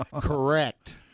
Correct